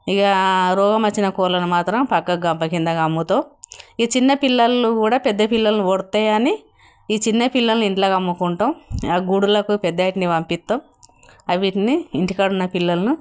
ఇక రోగం వచ్చినా కోళ్ళను మాత్రం పక్క గంప క్రింద కమ్ముతాము ఇక చిన్న పిల్లలు కూడా పెద్ద పిల్లల్ని పొడుస్తాయని ఈ చిన్న పిల్లల్ని ఇంట్లో కమ్ముకుంటాము ఆ గూళ్ళకు పెద్దవాటిని పంపిస్తాము వాటిని ఇంటికాడ ఉన్న పిల్లలను